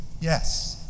Yes